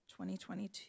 2022